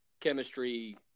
chemistry